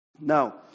Now